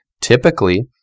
typically